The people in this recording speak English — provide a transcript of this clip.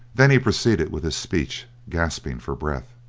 then he proceeded with his speech, gasping for breath